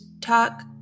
talk